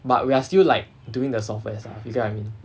but we are still like doing the software stuff you get what I mean